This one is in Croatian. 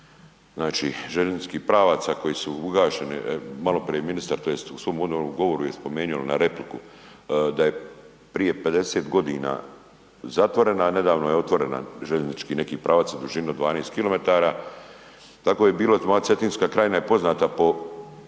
bivši željezničkih pravaca koji su ugašeni, maloprije je ministar tj. u svom uvodnom govoru je spomenuo ili na repliku, da je prije 50 godina zatvorena, a nedavno je otvorena željeznički neki pravac u dužini od 12 kilometara. Tako je bilo moja Cetinska krajina je poznata po